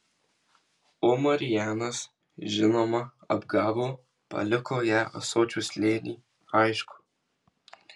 o marijanas žinoma apgavo paliko ją ąsočių slėny aišku